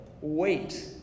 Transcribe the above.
wait